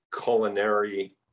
culinary